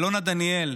אלונה דניאל,